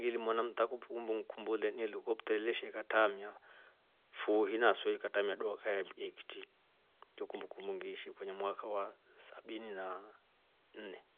Ngili mwanamta kumbukumbu ngikumbuke helikopta ilesha ikatamya kifuhii na swe ikatamia dooka ya mti yo kumbukumbu ngiishi mwaka elfu moja na sabini na nne.